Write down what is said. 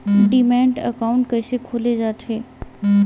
Demat account कइसे खोले जाथे?